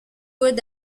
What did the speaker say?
wood